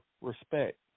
respect